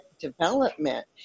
development